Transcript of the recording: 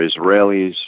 Israelis